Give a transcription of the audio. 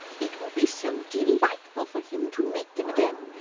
it will be so delightful for him to meet them again,